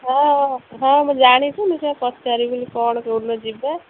ହଁ ହଁ ମୁଁ ଜାଣିଥିଲି ସେ ପଚାରିବି ବୋଲି କ'ଣ କେଉଁଦିନ ଯିବା